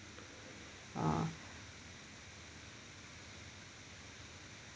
uh